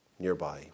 nearby